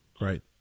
Right